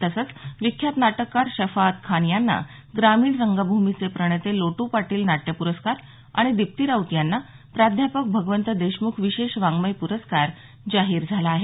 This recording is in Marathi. तसंच विख्यात नाटककार शफाअत खान यांना ग्रामीण रंगभूमीचे प्रणेते लोटू पाटील नाट्यप्रस्कार आणि दिप्ती राऊत यांना प्राध्यापक भगवंत देशमुख विशेष वाङ्मय पुरस्कार जाहीर झाला आहे